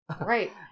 Right